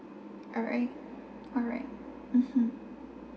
alright alright mmhmm